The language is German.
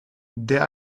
der